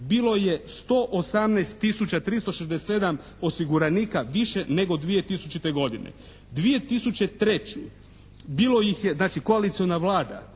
bilo je 118 tisuća 367 osiguranika više nego 2000. godine. 2003. bilo ih je, znači koaliciona Vlada